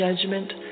judgment